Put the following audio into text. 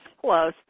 close